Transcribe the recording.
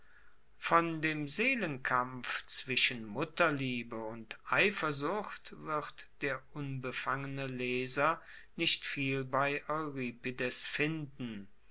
von dem seelenkampf zwischen mutterliebe und eifersucht wird der unbefangene leser nicht viel bei euripides finden